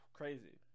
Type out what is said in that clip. crazy